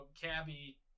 Cabby